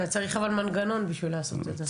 אבל צריך מנגנון בשביל לעשות את זה.